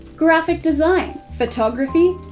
graphic design, photography,